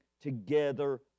together